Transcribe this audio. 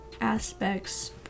aspects